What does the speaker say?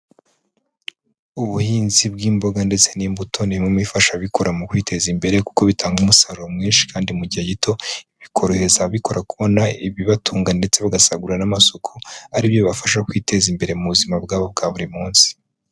Ubuhinzi bw'imboga ndetse n'imbuto ni bimwe bifasha ababikora mu kwiteza imbere, kuko bitanga umusaruro mwinshi kandi mu gihe gito, bikorohereza ababikora kubona ibibatunga, ndetse bagasagura n'amasoko, ari byo bibafasha kwiteza imbere mu buzima bwabo bwa buri munsi.